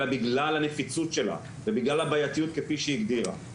אלא בגלל הנפיצות שלה ובגלל הבעייתיות כפי שהיא הגדירה,